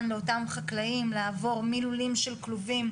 לאותם חקלאים לעבור מלולים של כלובים,